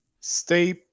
Stay